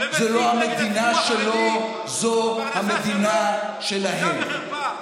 זו לא המדינה שלו, זו המדינה שלהם.